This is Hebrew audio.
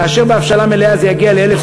ובהבשלה מלאה זה יגיע ל-1,000